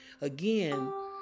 again